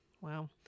Wow